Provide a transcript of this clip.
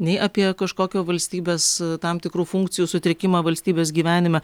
nei apie kažkokio valstybės tam tikrų funkcijų sutrikimą valstybės gyvenime